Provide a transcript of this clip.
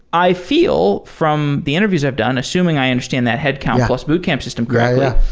i feel from the interviews i've done, assuming i understand that headcount plus boot camp system correctly, yeah